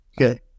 Okay